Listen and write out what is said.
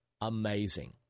Amazing